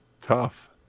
tough